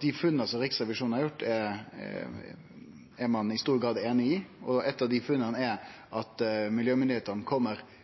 dei funna som Riksrevisjonen har gjort, og eitt av funna er at miljømyndigheitene først kjem